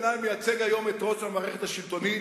בעיני הוא מייצג היום את ראש המערכת השלטונית